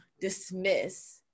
dismiss